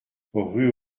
rue